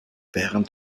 während